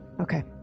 Okay